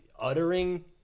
uttering